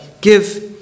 give